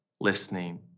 listening